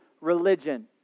religion